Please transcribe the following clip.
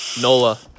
NOLA